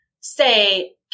say